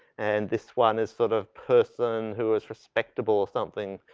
and this one is sort of person who is respectable or something.